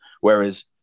Whereas